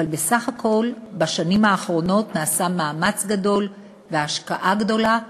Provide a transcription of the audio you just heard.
אבל בסך הכול בשנים האחרונות נעשו מאמץ גדול והשקעה גדולה,